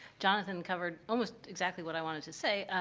jonathan covered almost exactly what i wanted to say.